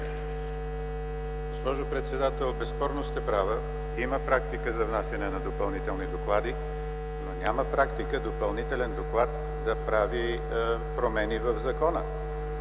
Госпожо председател, безспорно сте права. Има практика за внасяне на допълнителни доклади, но няма практика допълнителен доклад да прави промени в закон.